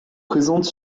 présente